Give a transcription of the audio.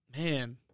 Man